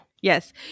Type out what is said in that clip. Yes